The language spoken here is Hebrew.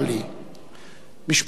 משפחתו של אנדרי שפיצר,